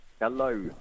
Hello